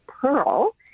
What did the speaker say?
pearl